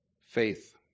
Faith